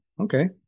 Okay